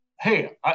hey